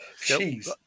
Jeez